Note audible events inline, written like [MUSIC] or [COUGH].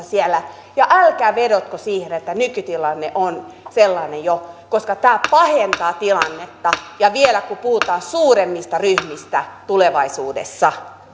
[UNINTELLIGIBLE] siellä ja älkää vedotko siihen että nykytilanne on sellainen jo koska tämä pahentaa tilannetta ja vielä kun puhutaan suuremmista ryhmistä tulevaisuudessa